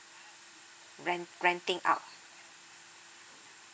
rent renting out